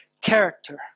character